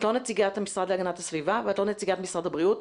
את לא נציגת המשרד להגנת הסביבה ואת לא נציגת משרד הבריאות.